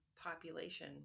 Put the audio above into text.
population